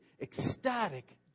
ecstatic